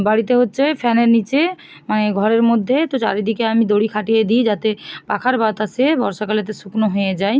বাড়িতে হচ্ছে ফ্যানের নিচে মানে ঘরের মধ্যে তো চারিদিকে আমি দড়ি খাঁটিয়ে দিই যাতে পাখার বাতাসে বর্ষাকালেতে শুকনো হয়ে যায়